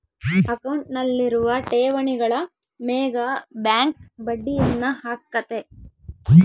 ಅಕೌಂಟ್ನಲ್ಲಿರುವ ಠೇವಣಿಗಳ ಮೇಗ ಬ್ಯಾಂಕ್ ಬಡ್ಡಿಯನ್ನ ಹಾಕ್ಕತೆ